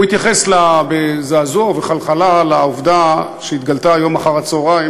הוא התייחס בזעזוע ובחלחלה לעובדה שהתגלתה היום אחר-הצהריים,